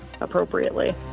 appropriately